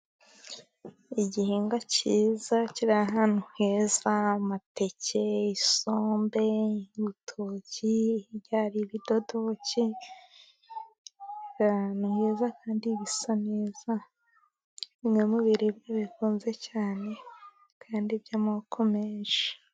Igihingwa cyiza kiri ahantu heza: amateke, isombe, gitoki, ibidodoke. Ahantu heza kandi bisa neza, bimwe mubiribwa bikunzwe cyane, kandi by'amoko menshi.